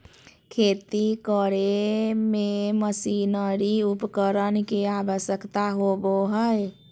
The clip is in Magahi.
खेती करे में मशीनरी उपकरण के आवश्यकता होबो हइ